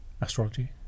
astrology